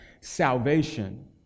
salvation